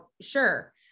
sure